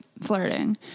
flirting